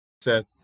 Seth